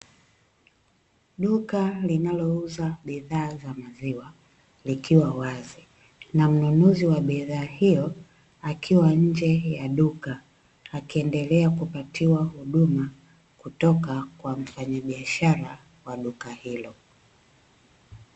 Duka linalouza bidhaa za maziwa likiwa wazi, na mnunuzi wa bidhaa hiyo akiwa nje ya duka akiendelea kupatiwa huduma kutoka kwa mfanyabiashara wa duka hilo.